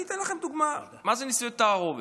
אני אתן לכם דוגמה מה זה נישואי תערובת.